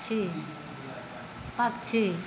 पक्षी